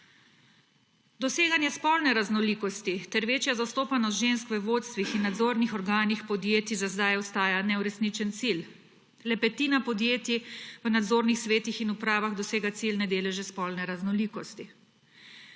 Doseganje spolne raznolikosti ter večja zastopanost žensk v vodstvih in nadzornih organih podjetij za zdaj ostaja neuresničen cilj. Le petina podjetij v nadzornih svetih in upravah dosega ciljne deleže spolne raznolikosti.